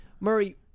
Murray